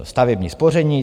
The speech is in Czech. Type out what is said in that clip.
Stavební spoření.